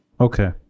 Okay